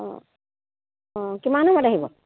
অঁ অঁ কিমান সময়ত আহিব